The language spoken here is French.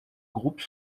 groupe